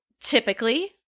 typically